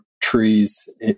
trees